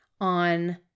on